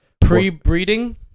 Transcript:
Pre-breeding